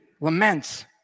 laments